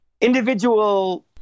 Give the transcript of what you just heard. Individual